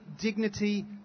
dignity